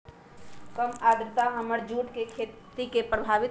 कम आद्रता हमर जुट के खेती के प्रभावित कारतै?